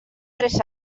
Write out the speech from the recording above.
tres